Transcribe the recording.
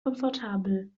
komfortabel